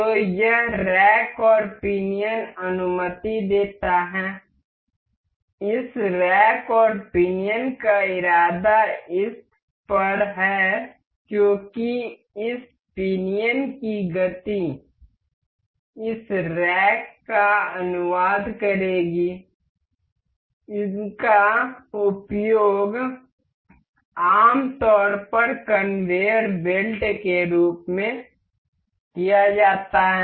तो यह रैक और पिनियन अनुमति देता है इस रैक और पिनियन का इरादा इस पर है क्योंकि इस पिनियन की गति इस रैक का अनुवाद करेगी इनका उपयोग आम तौर पर कन्वेयर बेल्ट में किया जाता है